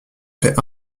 fait